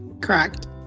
Correct